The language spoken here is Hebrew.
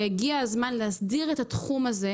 והגיע הזמן להסדיר את התחום הזה,